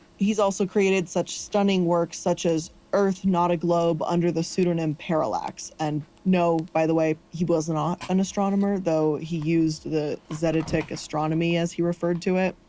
he's also created such stunning work such as earth not globe under the pseudonym parallax. and no, by the way, he wasn't not an astronomer though he used the zetetic astronomy as he referred to it.